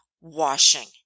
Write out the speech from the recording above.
washing